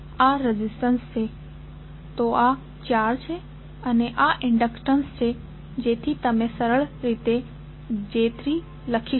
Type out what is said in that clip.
આ રેઝિસ્ટન્સ છે તો આ 4 છે આ ઇન્ડક્ટન્સ છે જેથી તમે સરળ રીતે j3 લખી શકો